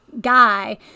guy